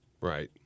Right